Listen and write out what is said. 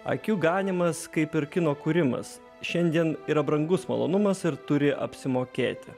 akių ganymas kaip ir kino kūrimas šiandien yra brangus malonumas ir turi apsimokėti